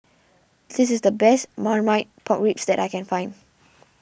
this is the best Marmite Pork Ribs that I can find